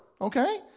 okay